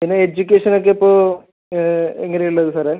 പിന്നെ എഡ്യൂക്കേഷൻ ഒക്കെ ഇപ്പോൾ എങ്ങനെയാണ് ഉള്ളത് സാറേ